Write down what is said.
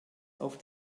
auf